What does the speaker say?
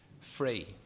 free